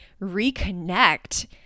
reconnect